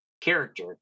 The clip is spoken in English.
character